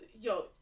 Yo